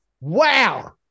Wow